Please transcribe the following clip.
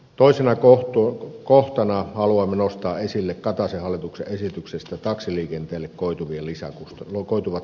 toisena kohtana haluamme nostaa esille kataisen hallituksen esityksestä taksiliikenteelle koituvat lisäkustannukset